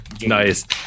Nice